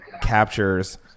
captures